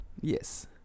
Yes